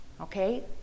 Okay